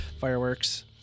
fireworks